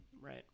right